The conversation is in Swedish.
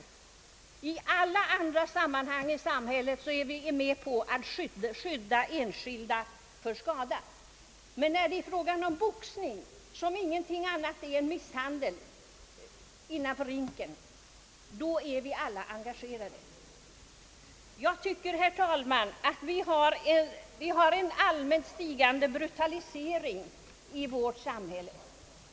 På alla andra områden i samhället är vi inställda på att skydda enskilda för skada, men när det gäller boxningen, som inte är något annat än misshandel innanför ringen, är alla engagerade i motsatt riktning. Jag tycker, herr talman, att det förekommer en allmänt stigande brutalisering i vårt samhälle.